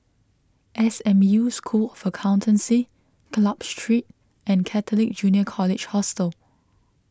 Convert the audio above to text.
S M U School of Accountancy Club Street and Catholic Junior College Hostel